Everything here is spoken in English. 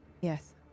Yes